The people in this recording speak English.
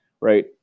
right